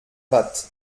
watt